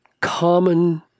common